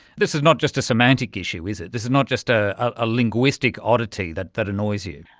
this is not just a semantic issue, is it, this is not just a a linguistic oddity that that annoys you.